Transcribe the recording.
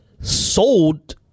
sold